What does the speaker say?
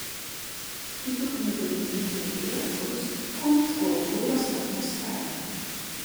kitų knygų renginiai mugėje kurs kontrkultūros atmosferą